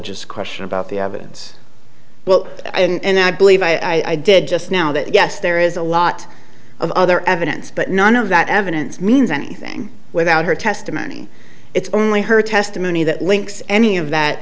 catheters question about the evidence well and i believe i did just now that yes there is a lot of other evidence but none of that evidence means anything without her testimony it's only her testimony that links any of that